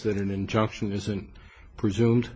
that an injunction isn't presumed